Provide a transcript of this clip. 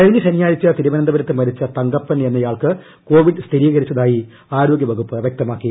കഴിഞ്ഞ ശനിയാഴ്ച ക്രിക്കിരുവനന്തപുരത്ത് മരിച്ച തങ്കപ്പൻ എന്നയാൾക്ക് കോവീഡ് സ്ഥിരീകരിച്ചതായി ആരോഗ്യ വകുപ്പ് വൃക്തമാക്കി